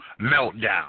meltdown